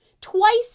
twice